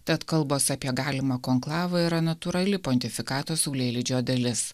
tad kalbos apie galimą konklavą yra natūrali pontifikato saulėlydžio dalis